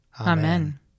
Amen